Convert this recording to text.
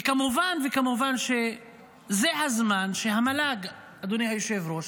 וכמובן וכמובן שזה הזמן שהמל"ג, אדוני היושב-ראש,